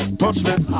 touchless